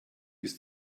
ist